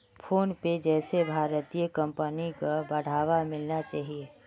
PhonePe जैसे भारतीय कंपनिक बढ़ावा मिलना चाहिए